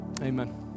Amen